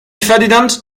ferdinand